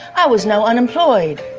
i was now unemployed.